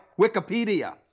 Wikipedia